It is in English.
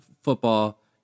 football